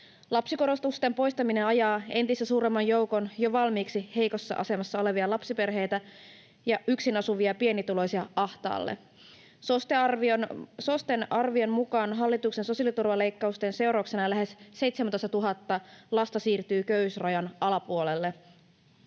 Lapsikorotusten poistaminen ajaa entistä suuremman joukon jo valmiiksi heikossa asemassa olevia lapsiperheitä ja yksin asuvia pienituloisia ahtaalle. SOSTEn arvion mukaan hallituksen sosiaaliturvaleikkausten seurauksena lähes 17 000 lasta siirtyy köyhyysrajan alapuolelle.